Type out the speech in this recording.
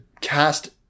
cast